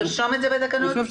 אני חושב שכדאי.